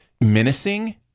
menacing